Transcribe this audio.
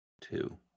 Two